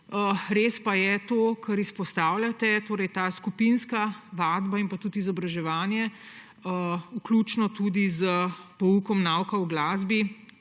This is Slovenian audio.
res pa je to, kar izpostavljate, da ta skupinska vadba in tudi izobraževanje, vključno tudi s poukom nauka o glasbi,